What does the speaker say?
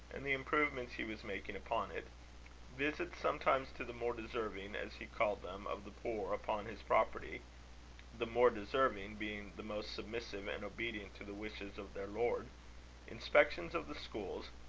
and the improvements he was making upon it visits sometimes to the more deserving, as he called them, of the poor upon his property the more deserving being the most submissive and obedient to the wishes of their lord inspections of the schools,